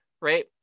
right